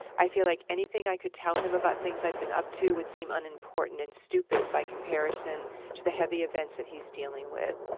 i feel like anything i could tell him about things i've been up to would seem unimportant and stupid by comparison to the heavy events that he's dealing with.